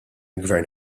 gvern